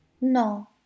No